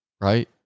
right